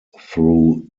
through